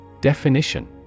Definition